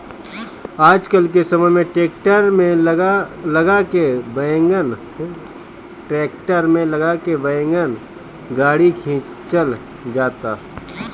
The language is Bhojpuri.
आजकल के समय ट्रैक्टर में लगा के वैगन गाड़ी खिंचल जाता